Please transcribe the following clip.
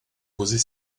posez